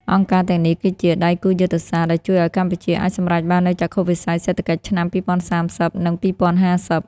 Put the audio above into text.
អង្គការទាំងនេះគឺជា "ដៃគូយុទ្ធសាស្ត្រ" ដែលជួយឱ្យកម្ពុជាអាចសម្រេចបាននូវចក្ខុវិស័យសេដ្ឋកិច្ចឆ្នាំ ២០៣០ និង ២០៥០។